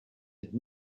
had